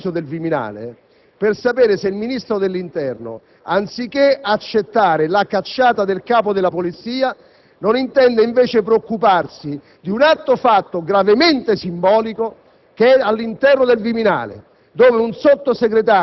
da molti mesi ormai abbiamo presentato un'interrogazione a proposito del Viminale, per sapere se il Ministro dell'interno, anziché accettare la cacciata del Capo della Polizia, non intenda, invece, preoccuparsi di un altro fatto gravemente simbolico